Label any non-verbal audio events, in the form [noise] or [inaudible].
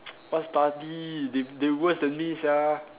[noise] what study they they worse than me sia